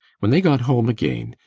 when they got home again,